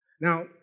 Now